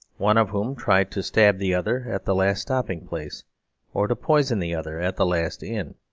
one of whom tried to stab the other at the last stopping-place or to poison the other at the last inn.